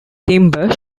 timber